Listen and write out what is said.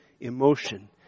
emotion